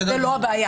זה לא הבעיה.